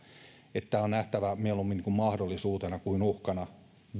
tämä on nähtävä mieluummin mahdollisuutena kuin uhkana